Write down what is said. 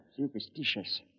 superstitious